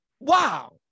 wow